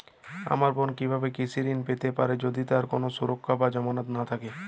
আমার বোন কীভাবে কৃষি ঋণ পেতে পারে যদি তার কোনো সুরক্ষা বা জামানত না থাকে?